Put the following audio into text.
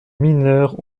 mineurs